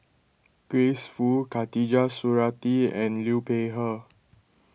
Grace Fu Khatijah Surattee and Liu Peihe